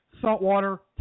saltwater